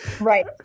Right